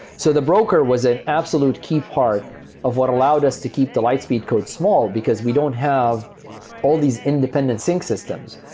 so the broker was an absolute key part of what allowed us to keep the lightspeed code small because we don't have all these independent sync systems.